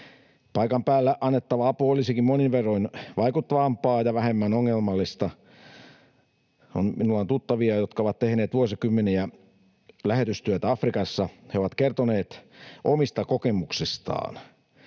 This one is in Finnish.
Paikan päällä annettava apu olisikin monin verroin vaikuttavampaa ja vähemmän ongelmallista. Minulla on tuttavia, jotka ovat tehneet vuosikymmeniä lähetystyötä Afrikassa. He ovat kertoneet omista kokemuksistaan.